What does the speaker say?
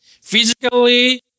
Physically